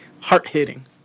heart-hitting